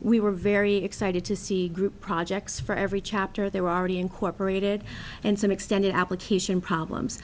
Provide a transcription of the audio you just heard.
we were very excited to see group projects for every chapter they were already incorporated and some extended application problems